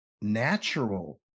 natural